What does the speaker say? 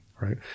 right